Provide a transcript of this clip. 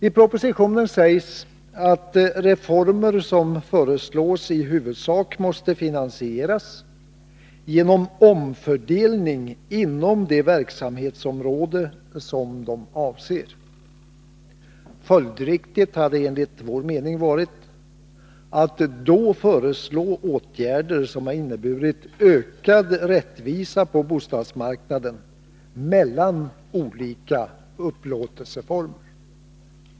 I propositionen sägs att de reformer som föreslås i huvudsak måste finansieras genom omfördelning inom det verksamhetsområde som de avser. Följdriktigt hade det enligt vår mening varit att då föreslå åtgärder som inneburit ökad rättvisa på bostadsmarknaden mellan olika upplåtelseformer.